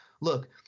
look